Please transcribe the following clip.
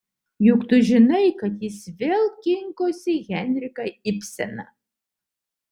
juk tu žinai kad jis vėl kinkosi henriką ibseną